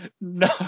No